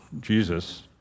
Jesus